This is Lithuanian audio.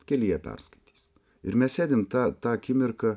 kelyje perskaitysiu ir mes sėdim tą tą akimirką